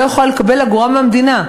לקבל אגורה מהמדינה.